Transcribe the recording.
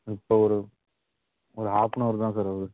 இப்போ ஒரு ஒரு ஆஃபனவர் தான் சார் ஆகுது